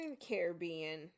Caribbean